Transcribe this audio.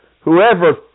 whoever